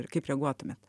kaip reaguotumėt